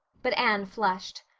but anne flushed.